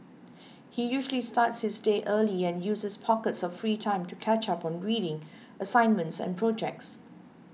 he usually starts his day early and uses pockets of free time to catch up on reading assignments and projects